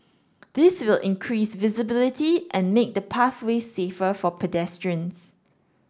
this will increase visibility and make the pathway safer for pedestrians